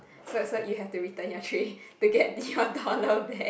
so so you have to return your tray to get your dollar back